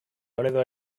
toledo